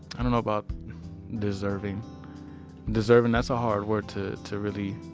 i don't know about deserving deserving, that's a hard word to to really,